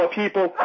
people